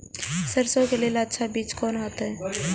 सरसों के लेल अच्छा बीज कोन होते?